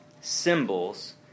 symbols